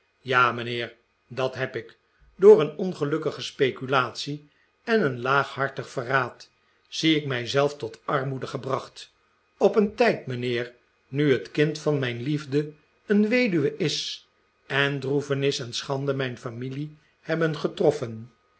ja mijnheer dat heb ik door een ongelukkige speculatie en een laaghartig verraad zie ik mij zelf tot armoede gebracht op een tijd mijnheer nu het kind van mijn liefde een weduwe is en droefenis en schande mijn familie heb